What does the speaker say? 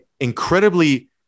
incredibly